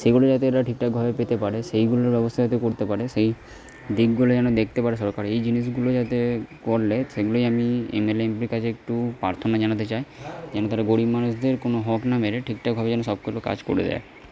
সেগুলি যাতে তারা ঠিকঠাকভাবে পেতে পারে সেইগুলির ব্যবস্থা যাতে করতে পারে সেই দিকগুলি যেন দেখতে পারে সরকার এই জিনিসগুলি যাতে করলে সেগুলিই আমি এমএলএ এম পির কাছে একটু প্রার্থনা জানাতে চাই যেন তারা গরিব মানুষদের কোনো হক না মেরে ঠিকঠাকভাবে যেন সব কটা কাজ করে দেয়